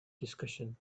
discussion